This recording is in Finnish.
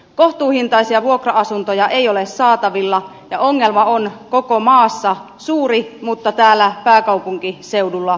kohtuuhintaisia vuokra asuntoja ei ole saatavilla ja ongelma on koko maassa suuri mutta täällä pääkaupunkiseudulla suurin